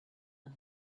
and